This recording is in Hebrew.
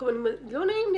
לא נעים לי,